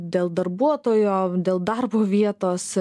dėl darbuotojo dėl darbo vietos